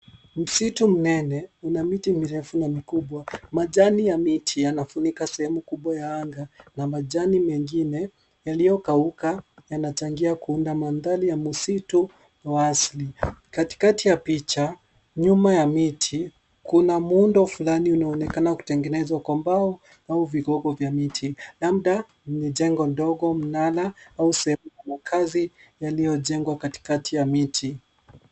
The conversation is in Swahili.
Msitu mnene una miti mirefu na mikubwa. Majani ya miti yanafunika sehemu kubwa ya anga na majani mengine yaliokauka yanachangia kuunda madhari ya msitu wa asilli. Katikati ya picha, nyuma ya miti kuna muundo fulani unaoonekana kutengenezwa kwa mbao vigogo vya miti, labda mjengo mnara au sehemu ya makazi yaliojengwa katikati ya miti .